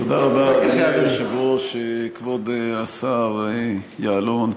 כתוב פה שהוא מחזיק שני תיקים.